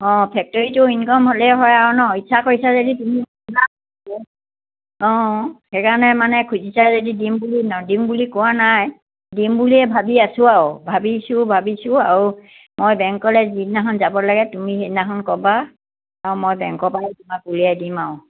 অঁ ফেক্টৰীটো ইনকম হ'লেই হয় আৰু ন ইচ্ছা কৰিছা যদি তুমি অঁ সেইকাৰণে মানে খুজিছাই যদি দিম বুলি দিম বুলি কোৱা নাই দিম বুলিয়েই ভাবি আছোঁ আৰু ভাবিছোঁ ভাবিছোঁ আৰু মই বেংকলে যিদিনাখন যাব লাগে তুমি সেইদিনাখন ক'বা আৰু মই বেংকৰ পৰা তোমাক উলিয়াই দিম আৰু